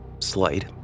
slight